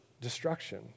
destruction